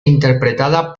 interpretada